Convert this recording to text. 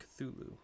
Cthulhu